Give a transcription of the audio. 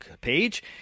page